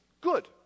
Good